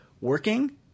working